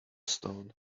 stone